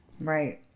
Right